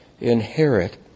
inherit